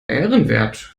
ehrenwert